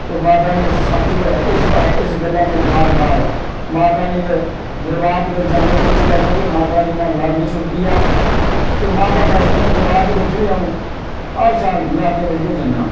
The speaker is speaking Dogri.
ते माता रानी सच्च गै इस बार इस गल्ला में बार बार माता रानी दे दरबार दे बिच्च जाने दी कोश्ट करनां माता रानी दा लड़ नी छूड़की जा ते माता वैष्णो दे दरबार बिच्च बी अ'ऊं हर साल नरातें बिच्च गै जन्नां